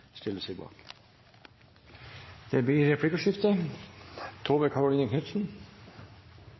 stiller seg bak. Det blir replikkordskifte.